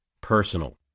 personal